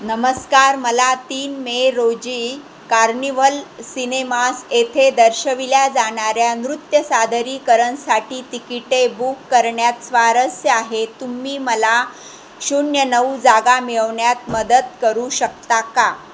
नमस्कार मला तीन मे रोजी कार्निवल सिनेमास येथे दर्शविल्या जाणाऱ्या नृत्य सादरीकरणसाठी तिकिटे बुक करण्यात स्वारस्य आहे तुम्ही मला शून्य नऊ जागा मिळवण्यात मदत करू शकता का